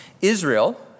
Israel